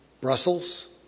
Brussels